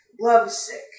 Lovesick